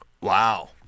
Wow